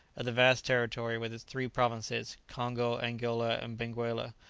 of the vast territory, with its three provinces, congo, angola, and benguela,